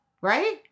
Right